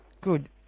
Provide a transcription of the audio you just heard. Good